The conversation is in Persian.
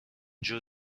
جور